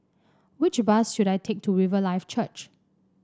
which bus should I take to Riverlife Church